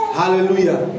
hallelujah